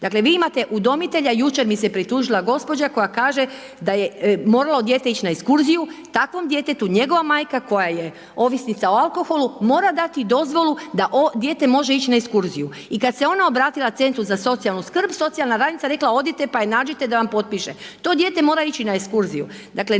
dakle vi imate udomitelja, jučer mi se pritužila gospođa koja kaže da je moralo dijete ići na ekskurziju, takvom djetetu njegova majka koja je ovisnica o alkoholu, mora dati dozvolu da dijete može ići na ekskurziju i kad se ona obratila CZSS-u, socijalna radnica je rekla odite pa je nađite da vam potpiše. To dijete mora ići na ekskurziju.